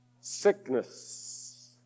sickness